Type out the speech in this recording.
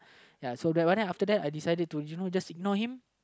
ya so but then right after that I decided to you know just ignore him